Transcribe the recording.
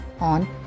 on